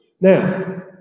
Now